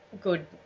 good